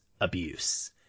abuse